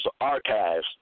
Archives